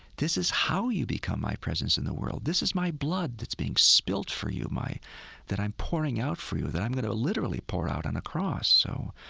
this is how you become my presence in the world. this is my blood that's being spilt for you, that i'm pouring out for you, that i'm going to literally pour out on a cross. so